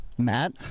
Matt